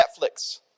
Netflix